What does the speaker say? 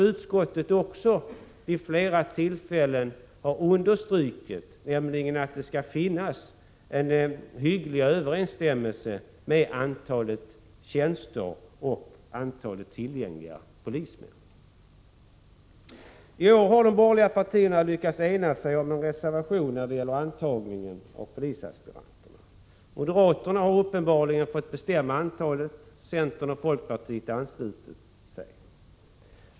Utskottet har vid flera tillfällen understrukit att det skall finnas en hygglig överensstämmelse med antalet tjänster och antalet tillgängliga polismän. I år har de borgerliga partierna i en reservation lyckats ena sig om antagningen av polisaspiranter. Moderaterna har uppenbarligen fått bestämma antalet, centern och folkpartiet har anslutit sig.